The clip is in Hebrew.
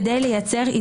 כדי לייצר מערכת של בלמים